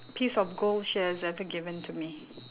piece of gold she has ever given to me